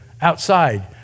outside